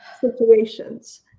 situations